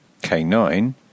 K9